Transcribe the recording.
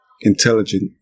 intelligent